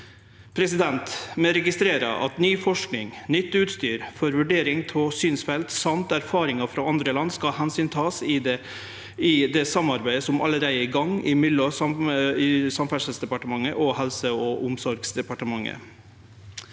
regelverket. Vi registrerer at ny forsking og nytt utstyr for vurdering av synsfelt og erfaringar frå andre land skal takast omsyn til i det samarbeidet som allereie er i gang mellom Samferdselsdepartementet og Helse- og omsorgsdepartementet.